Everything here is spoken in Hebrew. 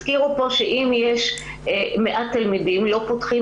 הזכירו פה שאם יש מעט תלמידים לא פותחים